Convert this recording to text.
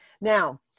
Now